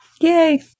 Yay